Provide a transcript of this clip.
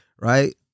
right